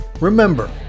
Remember